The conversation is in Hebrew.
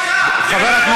היא מסיתה,